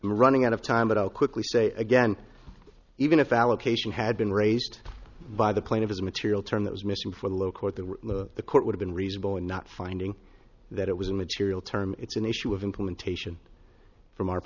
i'm running out of time but i'll quickly say again even if allocation had been raised by the plane of his material term that was missing for the low court that the court would have been reasonable in not finding that it was a material term it's an issue of implementation from our